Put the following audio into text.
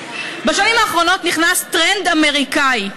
בשנים האחרונות נכנס טרנד אמריקני: